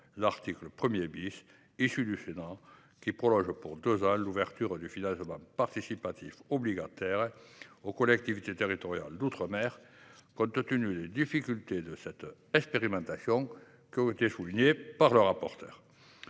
l’article 1 , issu du Sénat, qui prolonge pour deux ans l’ouverture du financement participatif obligataire aux collectivités territoriales d’outre mer, compte tenu des difficultés de cette expérimentation, soulignées par le rapporteur.